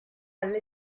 alle